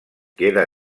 queda